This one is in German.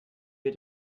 wir